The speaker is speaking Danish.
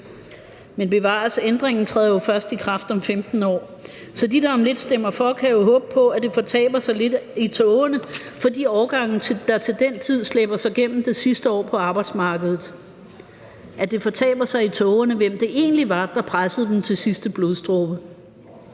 Men bevares, ændringen træder jo først i kraft om 15 år, så de, der om lidt stemmer for, kan jo håbe på, det fortaber sig lidt i tågerne for de årgange, der til den tid slæber sig gennem det sidste år på arbejdsmarkedet, hvem det egentlig var, der pressede dem til sidste blodsdråbe.